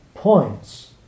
Points